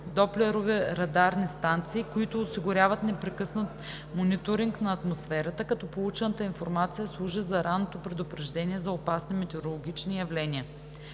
доплерови радарни станции, които осигуряват непрекъснат мониторинг на атмосферата, като получената информация служи за ранното предупреждение за опасни метеорологични явления.